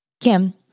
Kim